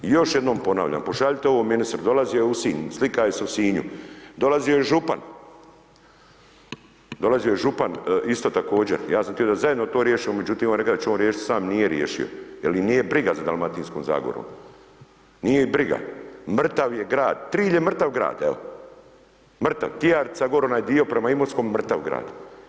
I još jednom ponavljam, pošaljite ovo ministru, dolazio je u Sinj, slika je se u Sinju, dolazio je župan isto također, ja sam htio da zajedno to riješimo, međutim, on je reka da će on riješiti sam, nije riješio, jel ih nije briga za Dalmatinskom Zagorom, nije ih briga, mrtav je grad, Trilj je mrtav grad, evo, mrtav, Tijarica, gori onaj dio prema Imotskom mrtav grad.